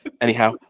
anyhow